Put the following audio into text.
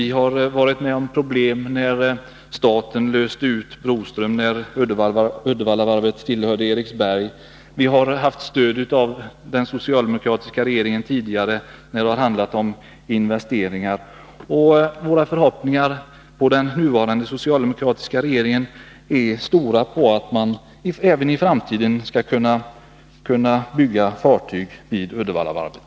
Vi har varit med om problem när staten löste ut Broström, då Uddevallavarvet tillhörde Eriksberg. Vi har haft stöd av den socialdemokratiska regeringen tidigare, när det har handlat om investeringar. Våra förhoppningar på den nuvarande socialdemokratiska regeringen är stora för att man även i framtiden skall kunna bygga fartyg vid Uddevallavarvet.